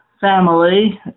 family